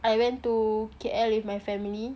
I went to K_L with my family